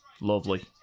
Lovely